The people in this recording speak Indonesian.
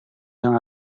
yang